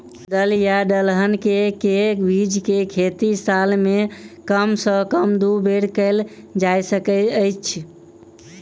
दल या दलहन केँ के बीज केँ खेती साल मे कम सँ कम दु बेर कैल जाय सकैत अछि?